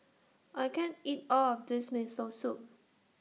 I can't eat All of This Miso Soup